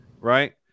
right